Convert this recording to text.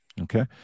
Okay